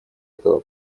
этого